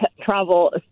travel